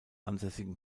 ansässigen